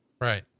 right